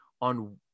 on